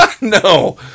No